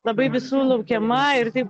labai visų laukiama ir taip